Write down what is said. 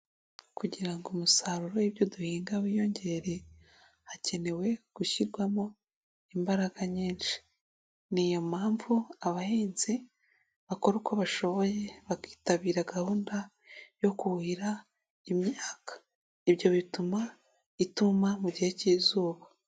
Kugira ngo umusaruro w'ibyo duhinga wiyongere hakenewe gushyirwamo imbaraga nyinshi. Ni iyo mpamvu abahinzi bakora uko bashoboye bakitabira gahunda yo kuhira imyaka, ibyo bituma ituma mu gihe k'izuba.